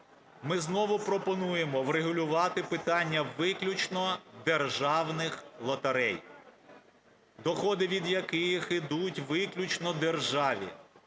Ми знову пропонуємо врегулювати питання виключно державних лотерей, доходи від яких ідуть виключно державі,